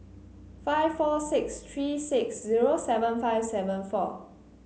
five four six three six zero seven five seven four